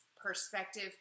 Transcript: perspective